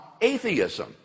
atheism